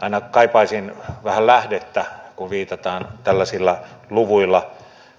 aina kaipaisin vähän lähdettä kun viitataan tällaisilla luvuilla